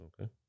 okay